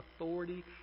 authority